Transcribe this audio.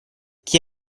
chi